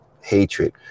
hatred